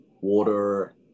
water